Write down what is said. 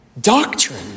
Doctrine